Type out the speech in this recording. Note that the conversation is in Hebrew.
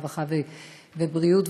הרווחה והבריאות,